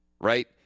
Right